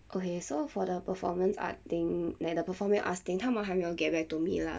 okay so for the performance art thing like the performing arts thing 他们还没有 get back to me lah